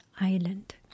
island